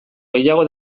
gehiago